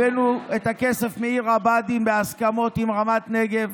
הבאנו את הכסף מעיר הבה"דים בהסכמות עם רמת נגב.